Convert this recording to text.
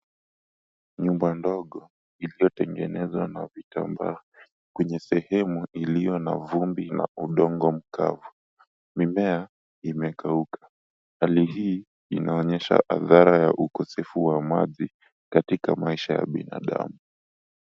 Nyumba ndogo iliyotengenezwa na vitamba. Kwenye sehemu iliyo na vumbi na udongo mkavu, mimea imekauka. Hali hii inaonyesha adhara ya ukosefu wa maji katika maisha ya binadamu.